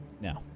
No